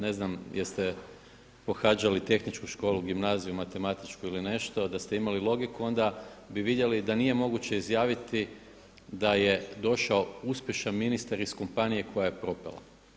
Ne znam jeste li pohađali tehničku školu, gimnaziju, matematičku ili nešto, da ste imali logiku onda bi vidjeli da nije moguće izjaviti da je došao uspješan ministar iz kompanije koja je propala.